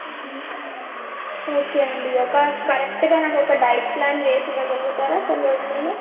okay అండి ఒక కరెక్ట్గా నాకు ఒక డైట్ ప్లాన్ వేసి ఇవ్వగలుగుతారా కొన్ని రోజులల్లో